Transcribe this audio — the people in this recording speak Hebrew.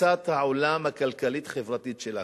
תפיסת העולם הכלכלית-חברתית שלכם.